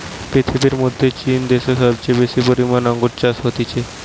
পৃথিবীর মধ্যে চীন দ্যাশে সবচেয়ে বেশি পরিমানে আঙ্গুর চাষ হতিছে